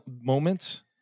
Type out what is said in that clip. moments